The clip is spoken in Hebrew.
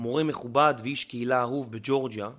מורה מכובד ואיש קהילה אהוב בג'ורג'יה